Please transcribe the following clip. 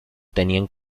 tenían